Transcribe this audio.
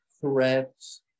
threats